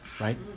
right